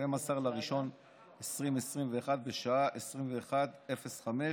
12 בינואר 2021 בשעה 21:05,